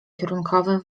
kierunkowym